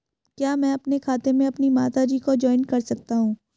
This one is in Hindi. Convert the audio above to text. क्या मैं अपने खाते में अपनी माता जी को जॉइंट कर सकता हूँ?